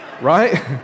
Right